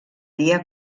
dia